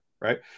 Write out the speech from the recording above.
right